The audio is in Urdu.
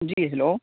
جی ہیلو